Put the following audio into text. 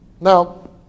Now